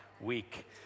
week